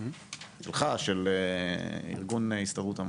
של ארגון הסתדרות המורים.